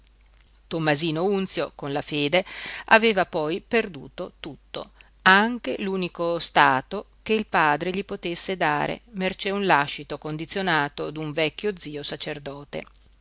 valore tommasino unzio con la fede aveva poi perduto tutto anche l'unico stato che il padre gli potesse dare mercé un lascito condizionato d'un vecchio zio sacerdote